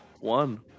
one